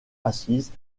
assises